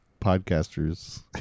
podcaster's